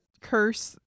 curse